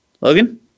Logan